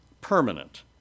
permanent